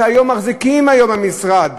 שהיום מחזיקים במשרד,